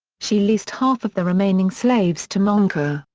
she leased half of the remaining slaves to moncure.